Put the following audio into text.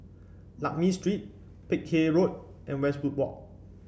Lakme Street Peck Hay Road and Westwood Walk